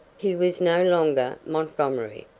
he was no longer montgomery,